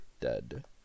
dead